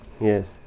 yes